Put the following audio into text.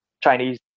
Chinese